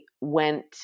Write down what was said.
went